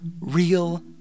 real